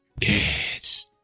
Yes